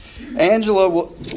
Angela